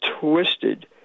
twisted